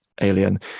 Alien